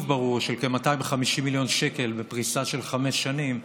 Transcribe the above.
ברור של כ-250 מיליון שקל בפריסה של חמש שנים,